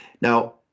now